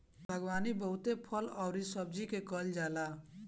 बागवानी बहुते फल अउरी सब्जी के कईल जाला